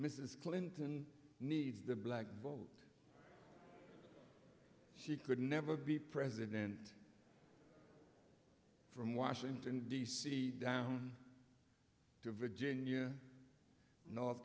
mrs clinton needs the black vote she could never be president from washington d c down to virginia north